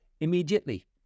immediately